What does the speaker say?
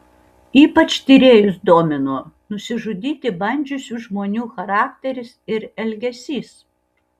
ypač tyrėjus domino nusižudyti bandžiusių žmonių charakteris ir elgesys